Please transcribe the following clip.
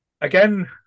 again